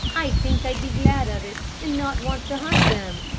i think i'd be glad of it, and not want to hunt them,